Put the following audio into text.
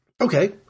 Okay